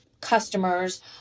customers